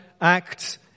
Acts